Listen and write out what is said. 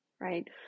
right